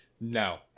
No